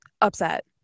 upset